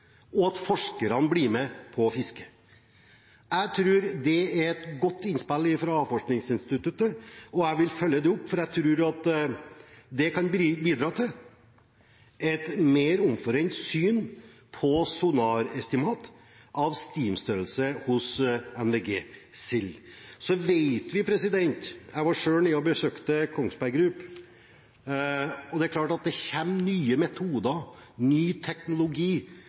og at forskerne blir med på fisket. Jeg tror det er et godt innspill fra Havforskningsinstituttet, og jeg vil følge det opp, for jeg tror at det kan bidra til et mer omforent syn på sonarestimat av stimstørrelse hos NVG-sild. Så vet vi – jeg var selv nede og besøkte Kongsberg Gruppen – at det kommer nye metoder, ny teknologi,